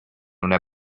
una